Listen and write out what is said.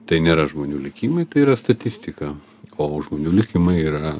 tai nėra žmonių likimai tai yra statistika o žmonių likimai yra